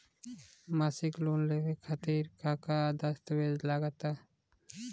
मसीक लोन लेवे खातिर का का दास्तावेज लग ता?